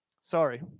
Sorry